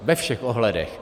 Ve všech ohledech.